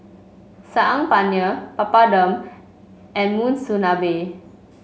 Saag Paneer Papadum and Monsunabe